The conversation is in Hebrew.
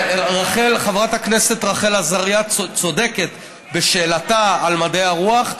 חברת הכנסת רחל עזריה צודקת בשאלתה על מדעי הרוח,